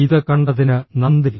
ഇത് കണ്ടതിന് നന്ദി